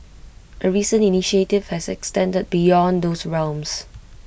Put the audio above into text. A recent initiative has extended beyond those realms